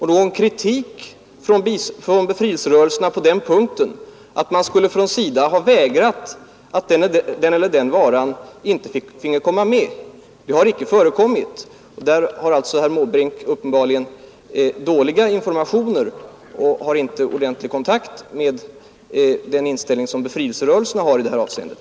Någon kritik från befrielserörelserna har inte förekommit på den punkten att SIDA skulle ha bestämt att den eller den varan icke finge komma med. Där har alltså herr Måbrink uppenbarligen dåliga informationer. Han har inte ordentlig kontakt med den inställning som befrielserörelserna har i det här avseendet.